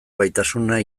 gaitasuna